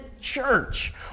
church